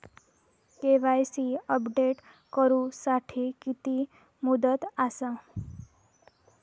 KYC update करू साठी किती मुदत आसा?